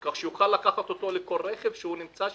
כך שאדם יוכל לקחת אותו לכל רכב שהוא נמצא בו.